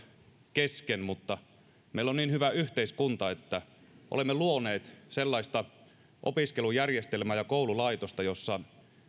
kesken mutta meillä on niin hyvä yhteiskunta että olemme luoneet sellaista opiskelujärjestelmää ja koululaitosta jossa